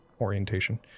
orientation